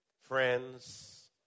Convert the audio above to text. Friends